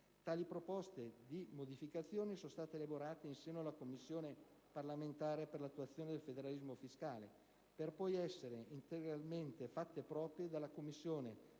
Tali proposte di modificazione sono state elaborate in seno alla Commissione parlamentare per l'attuazione del federalismo fiscale per poi essere integralmente fatte proprie dalla Commissione